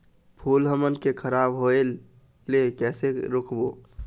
फूल हमन के खराब होए ले कैसे रोकबो?